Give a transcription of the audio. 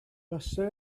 buasai